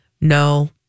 No